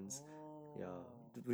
orh